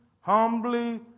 humbly